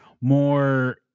more